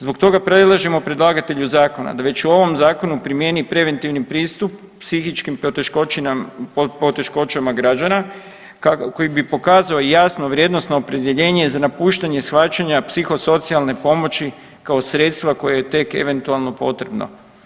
Zbog toga predlažemo predlagatelju zakona da već u ovom zakonu primjeni preventivni pristup psihičkim poteškoćama građana koji bi pokazao jasno i vrijednosno opredjeljenje za napuštanje shvaćanja psihosocijalne pomoći kao sredstva koje je tek eventualno potrebno.